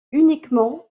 uniquement